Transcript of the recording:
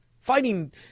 fighting